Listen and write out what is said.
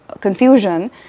confusion